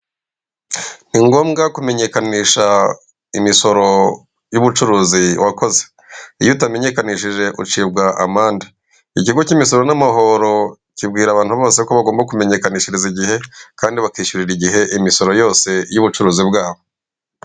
Ni ngombwa kumenyekanisha imisoro y'ubucuruzi wakoze, iyo utamenyekanishije ucibwa amande. Ikigo cy'imisoro n'amahoro kibwira abantu bose ko bagomba kumenyekanishiriza igihe, kandi bakishyurira igihe imisoro yose y'ubucuruzi bwabo.